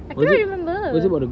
I cannot remember